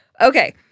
Okay